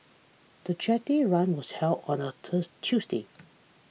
the charity run was held on a thirst Tuesday